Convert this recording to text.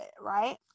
right